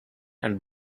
and